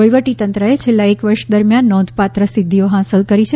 વહીવટીતંત્રએ છેલ્લા એક વર્ષ દરમિયાન નોંધપાત્ર સિદ્ધિઓ હાંસલ કરી છે